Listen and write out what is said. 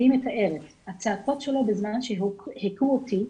והיא מתארת: "הצעקות שלו בזמן שהיכו אותי,